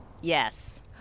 Yes